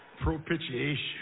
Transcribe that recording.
Propitiation